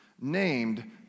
named